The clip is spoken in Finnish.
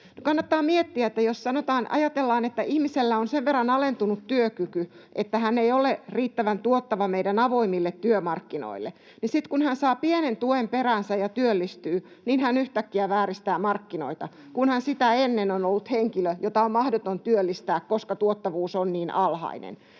kannattaa miettiä sitä, että jos ajatellaan, että ihmisellä on sen verran alentunut työkyky, että hän ei ole riittävän tuottava meidän avoimille työmarkkinoillemme, niin miten hän sitten, kun hän saa pienen tuen peräänsä ja työllistyy, yhtäkkiä vääristää markkinoita — kun hän sitä ennen on ollut henkilö, jota on mahdoton työllistää, koska tuottavuus on niin alhainen.